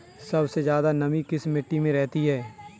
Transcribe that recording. सबसे ज्यादा नमी किस मिट्टी में रहती है?